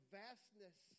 vastness